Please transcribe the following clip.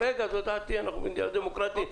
זאת דעתי, ואנחנו מדינה דמוקרטית.